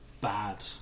bad